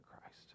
Christ